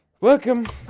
Welcome